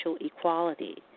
equality